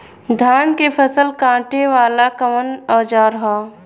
धान के फसल कांटे वाला कवन औजार ह?